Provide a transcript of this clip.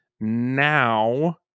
now